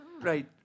right